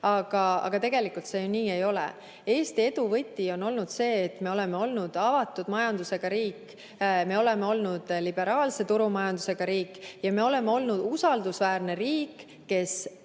aga tegelikult see ju ei ole nii. Eesti edu võti on olnud see, et me oleme olnud avatud majandusega riik, me oleme olnud liberaalse turumajandusega riik, me oleme olnud usaldusväärne riik, kes